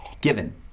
given